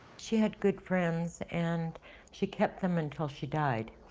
she had good friends, and she kept them until she died.